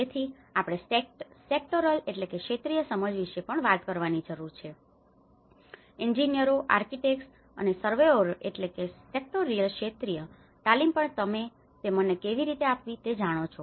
તેથી આપણે sectoral sectorial ક્ષેત્રીય સમજ વિશે પણ વાત કરવાની જરૂર છે એન્જિનિયરો આર્કિટેક્ટ્સ અને સર્વેયરોની surveyor સર્વેક્ષણકારો સેકટોરિયલ sectorial ક્ષેત્રીય તાલીમ પણ તમે તે મને કેવી રીતે આપવી તે જાણો છો